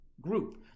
group